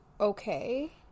okay